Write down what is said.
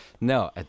No